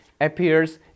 appears